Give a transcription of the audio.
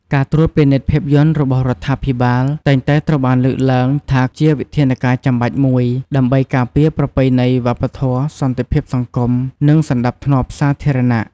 ការត្រួតពិនិត្យភាពយន្តរបស់រដ្ឋាភិបាល តែងតែត្រូវបានលើកឡើងថាជាវិធានការចាំបាច់មួយ ដើម្បីការពារប្រពៃណីវប្បធម៌ សន្តិភាពសង្គម និងសណ្ដាប់ធ្នាប់សាធារណៈ។